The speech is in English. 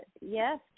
yes